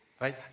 Right